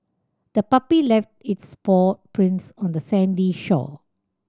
the puppy left its paw prints on the sandy shore